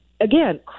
Again